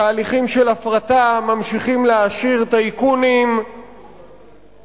תהליכים של הפרטה ממשיכים להעשיר טייקונים שממשיכים